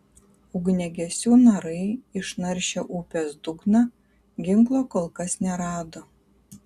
ugniagesių narai išnaršę upės dugną ginklo kol kas nerado